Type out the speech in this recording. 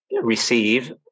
receive